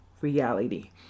reality